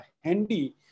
handy